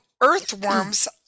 earthworms